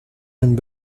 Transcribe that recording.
and